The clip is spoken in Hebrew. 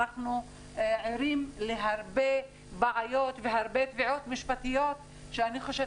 אנחנו ערים להרבה בעיות והרבה תביעות משפטיות שאני חושבת